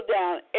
down